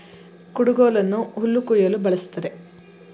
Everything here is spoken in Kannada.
ಕುಡುಗೋಲನ್ನು ಹುಲ್ಲು ಕುಯ್ಯಲು ಬಳ್ಸತ್ತರೆ